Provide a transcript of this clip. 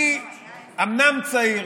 אני אומנם צעיר,